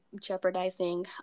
jeopardizing